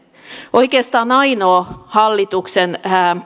oikeastaan ainoa hallituksen